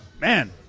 Man